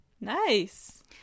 Nice